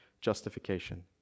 justification